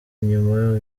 inyuma